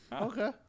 Okay